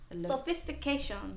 Sophistication